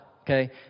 okay